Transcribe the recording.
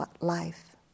life